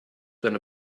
than